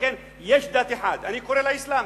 ולכן יש דת אחת ואני קורא לה: אסלאם.